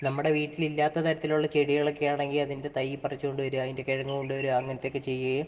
നമ്മടെ വീട്ടിലില്ലാത്ത തരത്തിലുള്ള ചെടികളൊക്കെയാണെങ്കിൽ അതിൻ്റെ തൈ പറിച്ചോണ്ട് വരുക അതിൻ്റെ കിഴങ്ങ് കൊണ്ടൊരുക അങ്ങനത്തൊക്കെ ചെയ്യുകയും